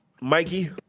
Mikey